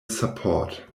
support